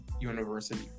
university